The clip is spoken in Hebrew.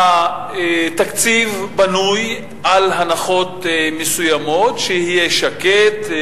התקציב בנוי על הנחות מסוימות: שיהיה שקט,